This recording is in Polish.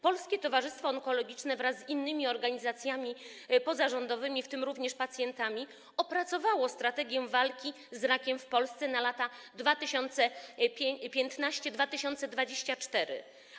Polskie Towarzystwo Onkologiczne wraz z innymi organizacjami pozarządowymi, również z pacjentami, opracowało „Strategię walki z rakiem w Polsce 2015-2024”